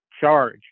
charge